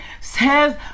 Says